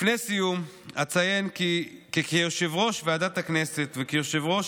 לפני סיום אציין כי כיושב-ראש ועדת הכנסת וכיושב-ראש